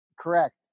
Correct